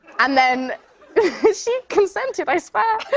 and then she consented, i swear.